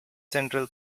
central